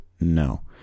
No